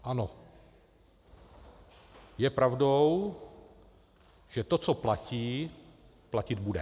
Ano, je pravdou, že to, co platí, platit bude.